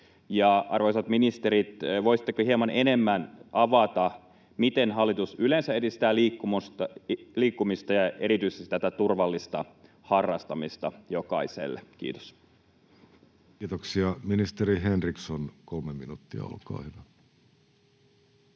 Arvoisat ministerit, voisitteko hieman enemmän avata, miten hallitus yleensä edistää liikkumista ja erityisesti tätä turvallista harrastamista jokaiselle? — Kiitos. Kiitoksia. — Ministeri Henriksson, kolme minuuttia, olkaa hyvä.